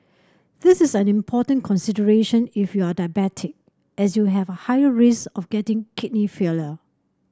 this is an important consideration if you are diabetic as you have a higher risk of getting kidney